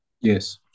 Yes